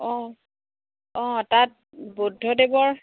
অঁ অঁ তাত বৌদ্ধদেৱৰ